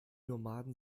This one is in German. nomaden